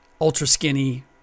ultra-skinny